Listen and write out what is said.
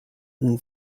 and